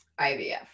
IVF